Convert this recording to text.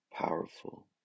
powerful